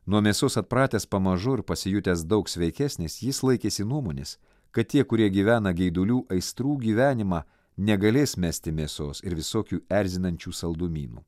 nuo mėsos atpratęs pamažu ir pasijutęs daug sveikesnis jis laikėsi nuomonės kad tie kurie gyvena geidulių aistrų gyvenimą negalės mesti mėsos ir visokių erzinančių saldumynų